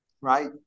right